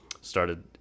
started